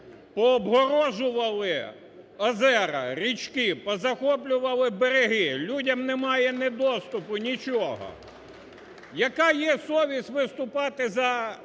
пообгороджували озера, річки, позахоплювали береги, людям немає ні доступу, нічого. Яка є совість виступати за